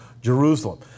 Jerusalem